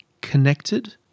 connected